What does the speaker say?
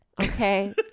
Okay